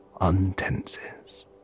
untenses